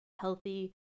healthy